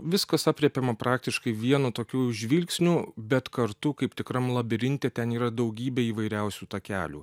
viskas aprėpiama praktiškai vienu tokiu žvilgsniu bet kartu kaip tikram labirinte ten yra daugybė įvairiausių takelių